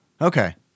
Okay